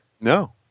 No